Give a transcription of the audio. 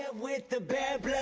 and with the band yeah